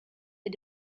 est